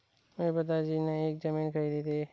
मेरे पिताजी ने एक जमीन खरीदी थी